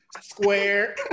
Square